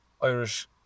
Irish